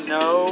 no